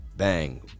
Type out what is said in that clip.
Bang